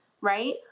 right